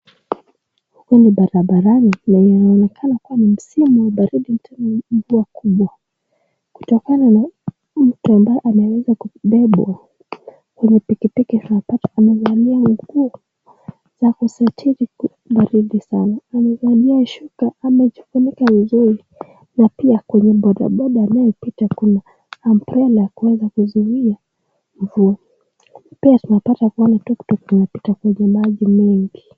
kwenye barabarani na inaonekana kuwa ni msimu wa baridi mvua kubwa. Kutokana na mta ambaye ameweza kubebwa kwenye pikipiki tunapata amevaa nguo za kusitiri baridi sana. Amevaa shuka amejifunika vizuri na pia kwenye bodaboda anayopita kuna umbrella ya kuweza kuzuia mvua. Pia tunapata kuona tuk tuk inapita kwenye maji mengi.